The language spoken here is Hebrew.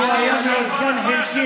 אני לא ישן בלילה בגלל הדברים האלה.